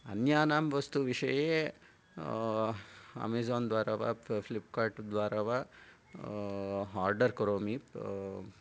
अन्यानां वस्तु विषये अमेज़ान् द्वारा वा फ़्लिप्कार्ट् द्वारा वा आर्डर् करोमि